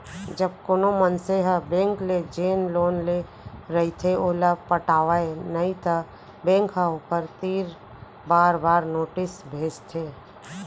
जब कोनो मनसे ह बेंक ले जेन लोन ले रहिथे ओला पटावय नइ त बेंक ह ओखर तीर बार बार नोटिस भेजथे